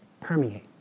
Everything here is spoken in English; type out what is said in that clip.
permeate